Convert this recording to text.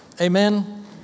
Amen